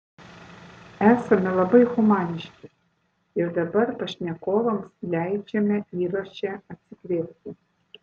esame labai humaniški ir dabar pašnekovams leidžiame įraše atsikvėpti